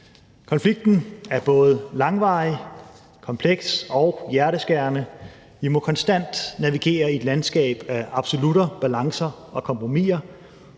Konflikten er både langvarig, kompleks og hjerteskærende. Vi må konstant navigere i et landskab af absolutter, balancer og kompromiser.